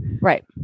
Right